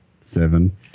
Seven